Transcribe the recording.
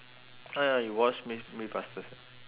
oh ya you watch myth~ mythbusters right